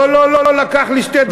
לא לא לא, לקח לי שתי דקות.